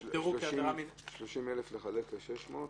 30,000 לחלק ל-600?